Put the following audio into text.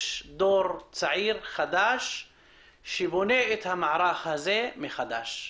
דור צעיר חדש שבונה את המערך הזה מחדש.